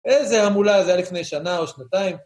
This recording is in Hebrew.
איזו המולה, זה היה לפני שנה או שנתיים.